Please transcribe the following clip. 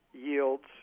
yields